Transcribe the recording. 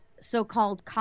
so-called